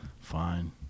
Fine